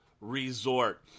resort